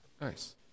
Nice